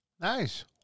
Nice